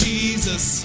Jesus